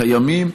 קיימים.